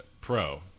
pro